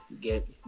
get